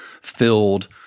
filled